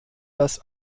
das